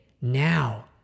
now